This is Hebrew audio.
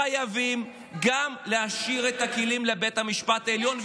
חייבים גם להשאיר את הכלים לבית המשפט העליון,